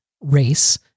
race